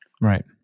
Right